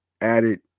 added